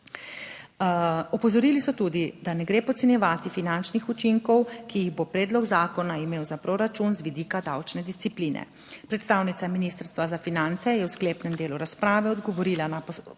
Opozorili so tudi, da ne gre podcenjevati finančnih učinkov, ki jih bo predlog zakona imel za proračun z vidika davčne discipline. Predstavnica Ministrstva za finance je v sklepnem delu razprave odgovorila na postavljena